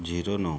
zero नऊ